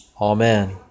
Amen